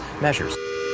measures